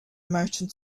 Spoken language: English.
merchant